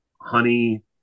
honey